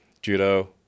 Judo